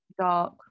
dark